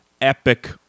epic